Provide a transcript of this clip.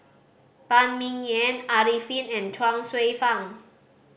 Phan Ming Yen Arifin and Chuang Hsueh Fang